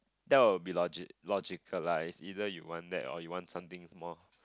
that will be logic logicalised either you want that or you want something more